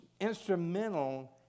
instrumental